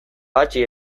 patxi